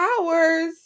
hours